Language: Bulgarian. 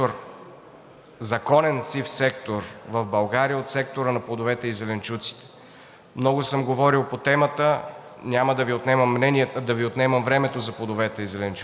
законен сив сектор в България от сектора на плодовете и зеленчуците. Много съм говорил по темата, няма да Ви отнемам времето за плодовете и зеленчуците,